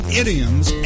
idioms